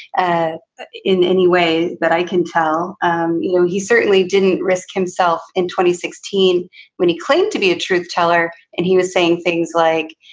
and in any way that i can tell um you. he certainly didn't risk himself in twenty sixteen when he claimed to be a truth teller. and he was saying things like,